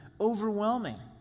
overwhelming